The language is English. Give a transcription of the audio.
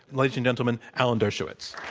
ladies and gentlemen, alan dershowitz.